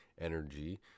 energy